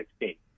2016